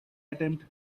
attempt